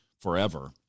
forever